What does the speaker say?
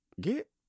Get